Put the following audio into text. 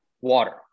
water